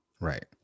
right